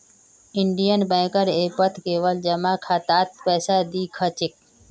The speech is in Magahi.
इंडियन बैंकेर ऐपत केवल जमा खातात पैसा दि ख छेक